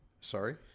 Sorry